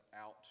out